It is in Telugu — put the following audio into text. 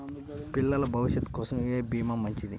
పిల్లల భవిష్యత్ కోసం ఏ భీమా మంచిది?